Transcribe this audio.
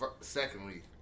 Secondly